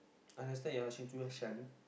understand you're